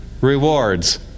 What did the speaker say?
rewards